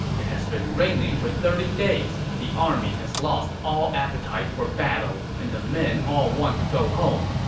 it has been raining for thirty days. the army has lost all appetite for battle and the men all want to go home.